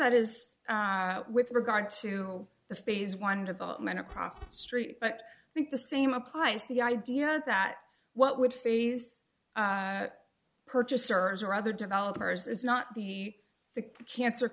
that is with regard to the phase one development across the street but i think the same applies the idea that what would phase purchasers are other developers is not the cancer